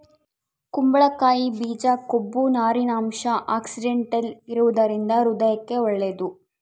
ಕುಂಬಳಕಾಯಿ ಬೀಜ ಕೊಬ್ಬು, ನಾರಿನಂಶ, ಆಂಟಿಆಕ್ಸಿಡೆಂಟಲ್ ಇರುವದರಿಂದ ಹೃದಯಕ್ಕೆ ಒಳ್ಳೇದು